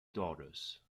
daughters